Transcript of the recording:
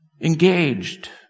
engaged